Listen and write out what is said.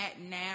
now